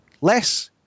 less